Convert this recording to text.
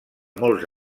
molts